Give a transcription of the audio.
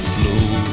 Flow